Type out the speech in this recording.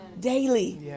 daily